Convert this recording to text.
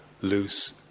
loose